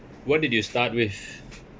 what did you start with